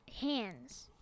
hands